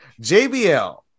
JBL